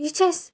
یہِ چھِ اَسہِ